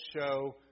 show